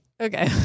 Okay